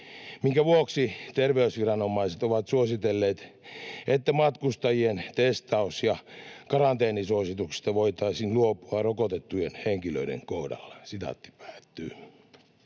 minkä vuoksi terveysviranomaiset ovat suositelleet, että matkustajien testaus- ja karanteenisuosituksista voitaisiin luopua rokotettujen henkilöiden kohdalla.” Ranskalainen